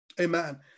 Amen